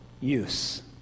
use